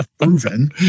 proven